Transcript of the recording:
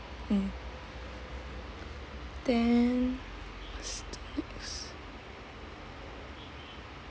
mm then